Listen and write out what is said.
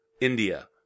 India